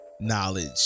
Knowledge